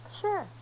Sure